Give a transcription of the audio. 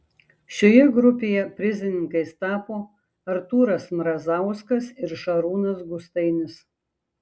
šioje grupėje prizininkais tapo artūras mrazauskas ir šarūnas gustainis